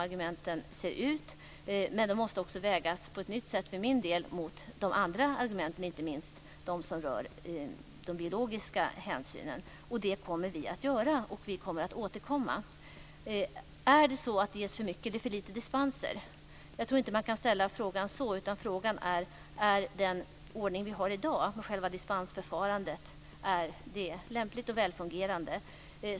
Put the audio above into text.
Jag vet hur de ser ut. De måste vägas mot andra argument, inte minst gällande de biologiska hänsynen, på ett sätt som är nytt för mig. Det kommer vi att göra. Vi kommer att återkomma. Ges det för mycket eller för lite dispenser? Jag tror inte att man kan ställa frågan så. Frågan är om den ordning vi har i dag för själva dispensförfarandet är lämplig och välfungerande.